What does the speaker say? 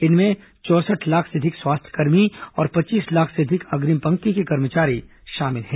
इनमें चौंसठ लाख से अधिक स्वास्थ्यकर्मी और पच्चीस लाख से अधिक अग्रिम पंक्ति के कर्मचारी शामिल हैं